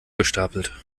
gestapelt